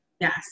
Yes